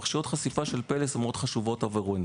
פרשיות חשיפה של "פלס" הן מאוד חשובות עבורנו